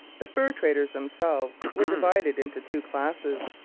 the fur-traders themselves were divided into two classes.